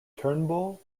turnbull